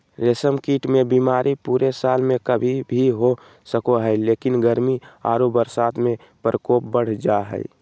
रेशम कीट मे बीमारी पूरे साल में कभी भी हो सको हई, लेकिन गर्मी आरो बरसात में प्रकोप बढ़ जा हई